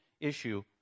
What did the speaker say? issue